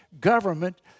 government